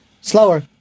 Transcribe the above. Slower